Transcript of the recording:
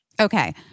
Okay